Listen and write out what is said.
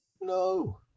No